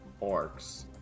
orcs